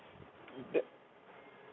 that